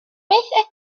beth